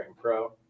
Pro